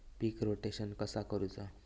पीक rotation कसा करूचा?